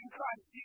Christ